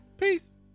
Peace